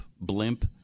blimp